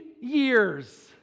years